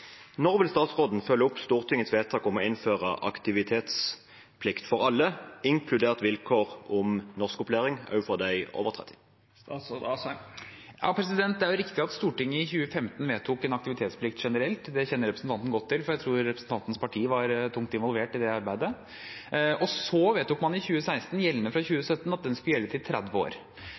Når vil statsråden følge opp Stortingets vedtak om å innføre aktivitetsplikt for alle, inkludert vilkår om norskopplæring også for dem over 30 år? Det er riktig at Stortinget i 2015 vedtok en generell aktivitetsplikt. Det kjenner representanten godt til, for jeg tror representantens parti var tungt involvert i det arbeidet. Så vedtok man i 2016 – gjeldende fra 2017 – at den skulle gjelde til 30 år.